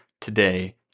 today